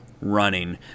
running